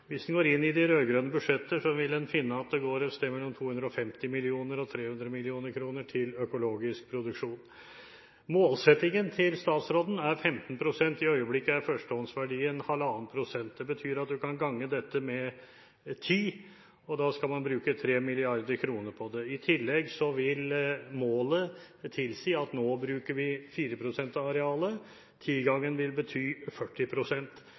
Hvis en går inn i de rød-grønne budsjetter, vil en finne at det går et sted mellom 250 mill. kr og 300 mill. kr til økologisk produksjon. Målsettingen til statsråden er 15 pst. I øyeblikket er førstehåndsverdien 1,5 pst. Det betyr at man kan gange dette med ti, og da skal man bruke 3 mrd. kr på det. I tillegg vil målet tilsi at nå bruker vi 4 pst. av arealet – ti-gangen vil bety